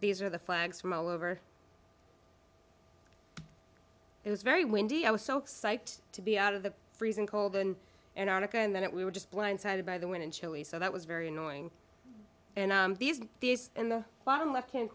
these are the flags from all over it was very windy i was so psyched to be out of the freezing cold in antarctica and then it we were just blindsided by the wind in chile so that was very annoying and these these in the bottom left hand